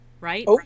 right